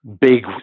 big